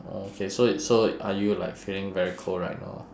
okay so y~ so are you like feeling very cold right now